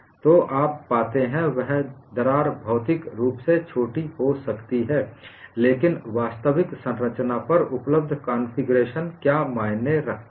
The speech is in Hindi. जो आप पाते हैं वह दरार भौतिक रूप से छोटी हो सकती है लेकिन वास्तविक संरचना पर उपलब्ध कॉन्फ़िगरेशन क्या मायने रखता है